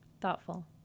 Thoughtful